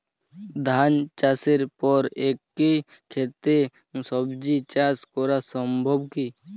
ধান চাষের পর একই ক্ষেতে সবজি চাষ করা সম্ভব কি?